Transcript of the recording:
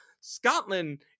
Scotland